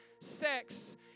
sex